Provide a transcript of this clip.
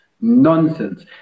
nonsense